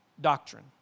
doctrine